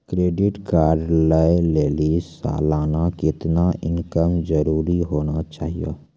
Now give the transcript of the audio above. Credit card लय लेली सालाना कितना इनकम जरूरी होना चहियों?